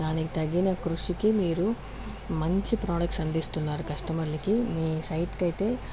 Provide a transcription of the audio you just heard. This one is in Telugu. దానికి తగ్గిన కృషికి మీరు మంచి ప్రొడక్ట్స్ అందిస్తున్నారు కస్టమర్లకి మీ సైట్కైతే